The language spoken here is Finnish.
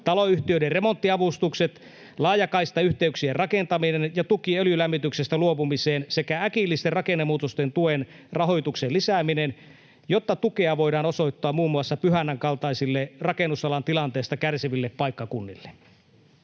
taloyhtiöiden remonttiavustukset, laajakaistayhteyksien rakentaminen ja tuki öljylämmityksestä luopumiseen sekä äkillisen rakennemuutoksen tuen rahoituksen lisääminen, jotta tukea voidaan osoittaa muun muassa Pyhännän kaltaisille rakennusalan tilanteesta kärsiville paikkakunnille.”